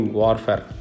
warfare